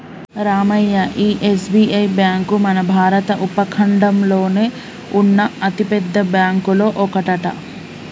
రామయ్య ఈ SBI bank మన భారత ఉపఖండంలోనే ఉన్న అతిపెద్ద బ్యాంకులో ఒకటట